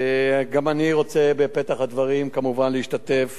גם אני רוצה בפתח הדברים להשתתף